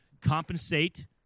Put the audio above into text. compensate